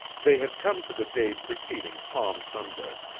they had come to the day preceding palm sunday.